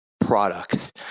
products